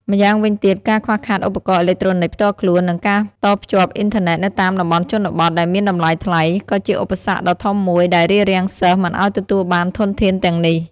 ម្យ៉ាងវិញទៀត ការខ្វះខាតឧបករណ៍អេឡិចត្រូនិចផ្ទាល់ខ្លួន និងការតភ្ជាប់អ៊ីនធឺណេតនៅតាមតំបន់ជនបទ ដែលមានតម្លៃថ្លៃ ក៏ជាឧបសគ្គដ៏ធំមួយដែលរារាំងសិស្សមិនឱ្យទទួលបានធនធានទាំងនេះ។